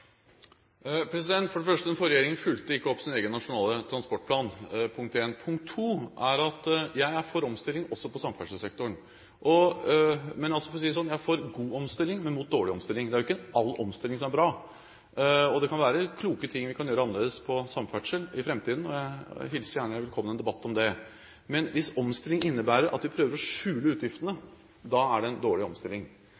Den forrige regjeringen fulgte ikke opp sin egen Nasjonal transportplan. Punkt 2: Jeg er for omstilling også på samferdselssektoren. Men, for å si det sånn, jeg er for god omstilling, men mot dårlig omstilling. Det er ikke all omstilling som er bra. Det kan være kloke ting vi kan gjøre annerledes innen samferdsel i framtiden, og jeg hilser gjerne velkommen en debatt om det. Men hvis omstilling innebærer at vi prøver å skjule